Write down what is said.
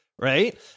Right